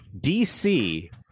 DC